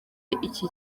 iki